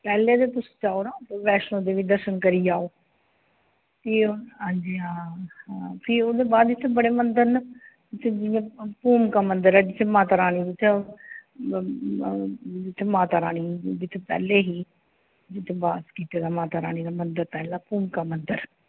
पैह्लें ते तुस जाओ ना बैश्णो देवी दर्शन करी आओ फ्ही ओह् हां जी हां फ्ही ओह्दे बाद इत्थे बड़े मंदर न इत्थे जियां भूमका मंदर ऐ जित्थे माता रानी दी जित्थें जित्थै माता रानी जित्थे पैह्लें ही जित्थे बास कीते दा माता रानी दा मंदर पैह्ला भूमका मंदर